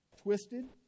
twisted